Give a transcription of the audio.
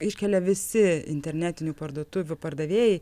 iškelia visi internetinių parduotuvių pardavėjai